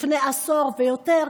לפני עשור ויותר,